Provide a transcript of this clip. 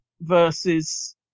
Versus